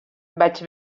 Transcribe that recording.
vaig